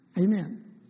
Amen